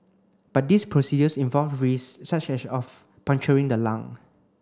but these procedures involve risks such as of puncturing the lung